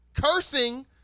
Cursing